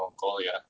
Mongolia